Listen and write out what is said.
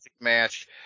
match